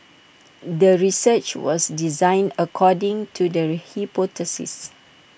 the research was designed according to the hypothesis